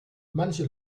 manche